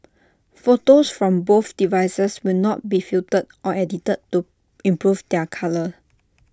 photos from both devices will not be filtered or edited to improve their colour